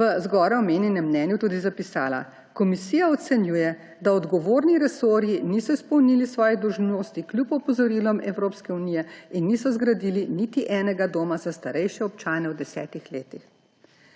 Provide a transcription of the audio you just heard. v zgoraj omenjenem mnenju tudi zapisala: »Komisija ocenjuje, da odgovorni resorji niso izpolnili svojih dolžnosti kljub opozorilom Evropske unije in niso zgradili niti enega doma za starejše občane v desetih letih.«